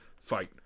fight